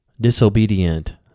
disobedient